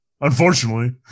unfortunately